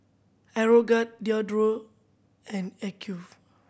Aeroguard Diadora and